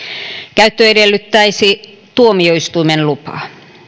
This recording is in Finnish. käyttö edellyttäisi tuomioistuimen lupaa